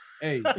Hey